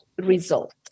result